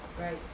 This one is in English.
Right